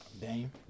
Dame